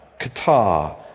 Qatar